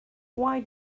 why